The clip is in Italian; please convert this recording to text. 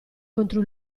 contro